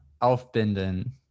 aufbinden